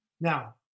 Now